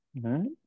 right